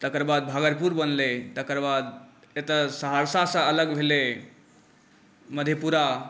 तकर बाद भागलपुर बनलै तकर बाद एतऽ सहरसासँ अलग भेलै मधेपुरा